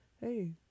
Hey